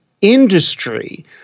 industry